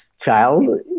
child